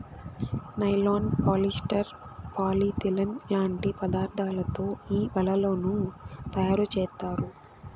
nylon, polyester, polyethylene లాంటి పదార్థాలతో ఈ వలలను తయారుచేత్తారు